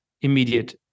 immediate